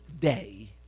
day